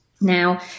Now